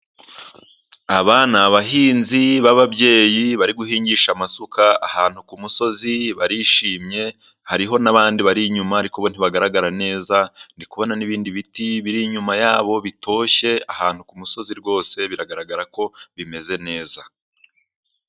Aba ni abahinzi b'ababyeyi bari guhingisha amasuka ahantu ku musozi, barishimye, hariho n'abandi bari inyuma ariko ntibagaragara neza. Ndi kubona n'ibindi biti biri inyuma yabo bitoshye ahantu ku musozi, rwose biragaragara ko bimeze neza.